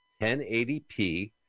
1080p